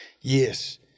yes